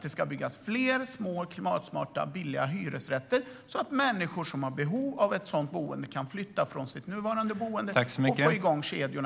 Det ska byggas fler små, klimatsmarta, billiga hyresrätter så att människor som har behov av ett sådant boende kan flytta från sitt nuvarande boende. På det sättet får vi igång flyttkedjorna.